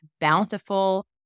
bountiful